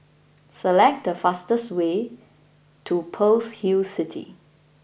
Select the fastest way to Pearl's Hill City